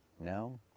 No